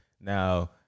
Now